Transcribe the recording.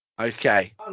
Okay